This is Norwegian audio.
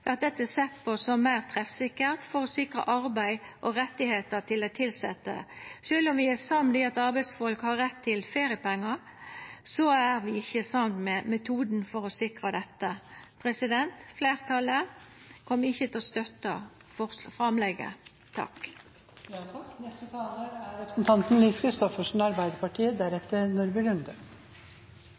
dette sett på som meir treffsikkert for å sikra arbeid og rettar til dei tilsette. Sjølv om vi er samde i at arbeidsfolk har rett til feriepengar, er vi ikkje samde i metoden for å sikra dette. Fleirtalet kjem ikkje til å støtta framlegget. Det er vel bare å konstatere at posisjon og opposisjon er